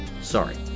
Sorry